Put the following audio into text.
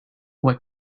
what